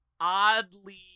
oddly